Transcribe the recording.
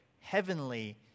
heavenly